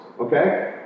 Okay